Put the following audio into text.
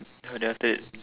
then after that